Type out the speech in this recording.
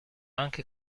anche